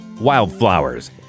Wildflowers